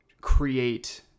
create